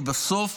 כי בסוף